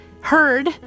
heard